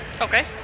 Okay